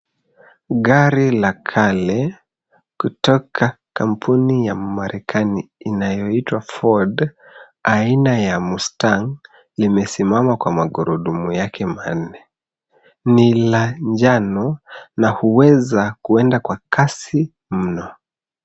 Gari la kale kutoka kampuni ya Marekani inayoitwa, Ford, aina ya, mustang, limesimama kwa magurudumu yake manne. Ni la njano na huweza kuenda kwa kasi mno.